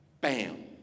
BAM